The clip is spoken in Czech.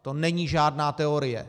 To není žádná teorie.